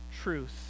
truth